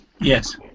Yes